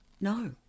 No